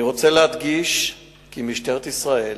2. אני רוצה להדגיש כי משטרת ישראל